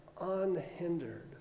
unhindered